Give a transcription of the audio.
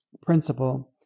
principle